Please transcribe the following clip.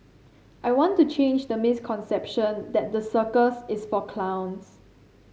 I want to change the misconception that the circus is for clowns